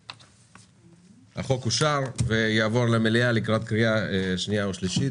הסיכום שלנו- -- החוק אושר ויעבור למליאה לקראת קריאה שנייה ושלישית.